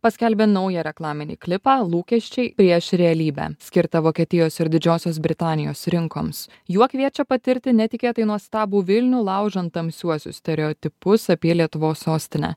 paskelbė naują reklaminį klipą lūkesčiai prieš realybę skirtą vokietijos ir didžiosios britanijos rinkoms juo kviečia patirti netikėtai nuostabų vilnių laužant tamsiuosius stereotipus apie lietuvos sostinę